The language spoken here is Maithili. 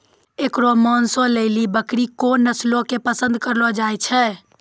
एकरो मांसो लेली बकरी के कोन नस्लो के पसंद करलो जाय छै?